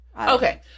Okay